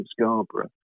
Scarborough